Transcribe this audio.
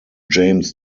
james